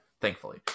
thankfully